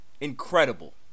incredible